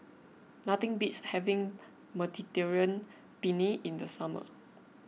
nothing beats having Mediterranean Penne in the summer